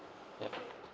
ya